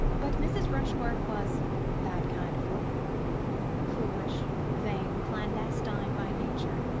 but mrs. rushworth was that kind of woman foolish, vain, clandestine by nature,